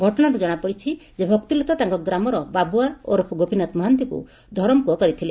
ଘଟଣାରୁ ଜଶାପଡ଼ିଛି ଯେ ଭକ୍ତିଲତା ତାଙ୍କ ଗ୍ରାମର ବାବୁଆ ଓରଫ ଗୋପୀନାଥ ମହାନ୍ତିଙ୍କୁ ଧରମ ପୁଅ କରିଥିଲେ